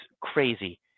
crazy